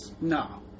No